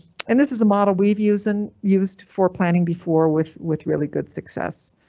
and this is a model we've used and used for planning before with with really good success.